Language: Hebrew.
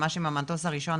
ממש עם המטוס הראשון,